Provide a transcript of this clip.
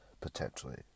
potentially